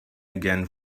again